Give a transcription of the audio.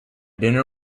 dinner